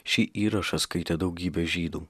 šį įrašą skaitė daugybė žydų